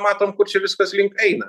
matom kur čia viskas link eina